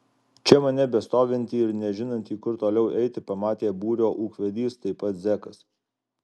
čia mane bestovintį ir nežinantį kur toliau eiti pamatė būrio ūkvedys taip pat zekas